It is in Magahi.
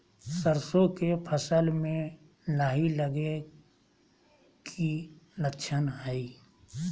सरसों के फसल में लाही लगे कि लक्षण हय?